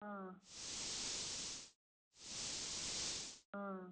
ஆ ஆ